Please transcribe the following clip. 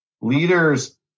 leaders